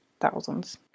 thousands